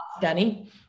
Danny